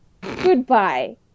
Goodbye